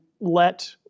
let